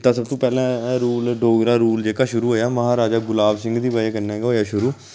सब तू पैह्लें रूल डोगरा रूल जेह्का शुरू होएआ महाराजा गुलाब सिंह दी बजह कन्नै गै होएआ शुरू